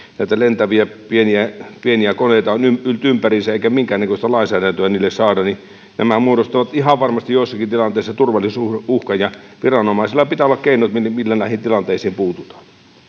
näitä lentäviä pieniä pieniä koneita on yltympäriinsä eikä minkäännäköistä lainsäädäntöä niille saada nämä muodostavat ihan varmasti joissakin tilanteissa turvallisuusuhkan ja viranomaisilla pitää olla keinot millä näihin tilanteisiin puututaan